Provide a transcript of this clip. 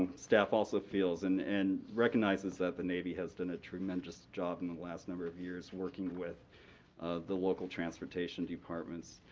staff also feels and and recognizes that the navy has done a tremendous job in the last number of years working with the local transportation departments,